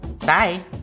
bye